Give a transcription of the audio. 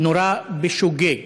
נורה בשוגג.